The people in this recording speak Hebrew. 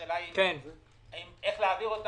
השאלה היא איך להעביר אותם.